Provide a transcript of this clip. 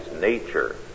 nature